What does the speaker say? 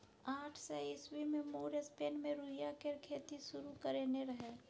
आठ सय ईस्बी मे मुर स्पेन मे रुइया केर खेती शुरु करेने रहय